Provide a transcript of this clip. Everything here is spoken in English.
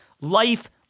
life